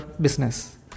business